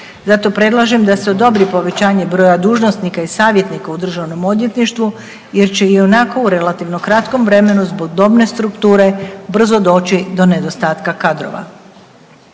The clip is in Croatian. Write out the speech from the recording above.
Zato predlažem da se odobri povećanje broja dužnosnika i savjetnika u državnom odvjetništvu jer će i onako u relativno kratkom vremenu zbog dobne strukture brzo doći do nedostatka kadrova.